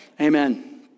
Amen